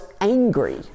angry